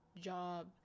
job